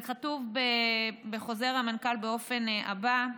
זה כתוב בחוזר המנכ"ל באופן הבא: